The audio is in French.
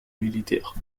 militaires